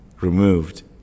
removed